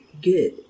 good